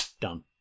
done